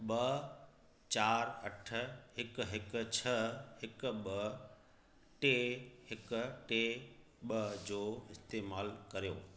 ॿ चारि अठ हिकु हिकु छह हिकु ॿ टे हिकु टे ॿ जो इस्तेमालु कर्यो